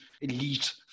elite